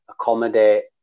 accommodate